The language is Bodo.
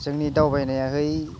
जोंनि दावबायनायाहाय